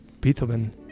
Beethoven